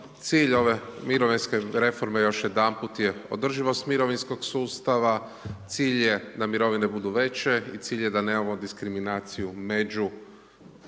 Cilj ove mirovinske reforme, još jedanput je, održivost mirovinskog sustava, cilj je da mirovine budu veće i cilj je da nemamo diskriminaciju među